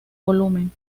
volumen